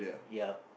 ya